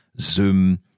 Zoom